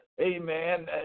amen